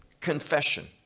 confession